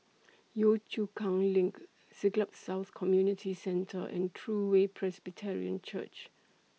Yio Chu Kang LINK Siglap South Community Centre and True Way Presbyterian Church